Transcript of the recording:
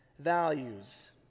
values